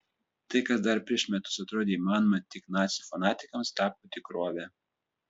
tai kas dar prieš metus atrodė įmanoma tik nacių fanatikams tapo tikrove